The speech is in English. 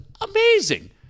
amazing